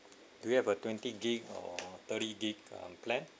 do you have a twenty gig~ or thirty gig~ plan